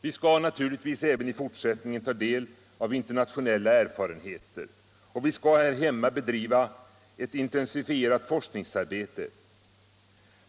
Vi skall naturligtvis även i fortsättningen ta del av internationella erfarenheter, och vi skall här hemma bedriva ett intensifierat forskningsarbete.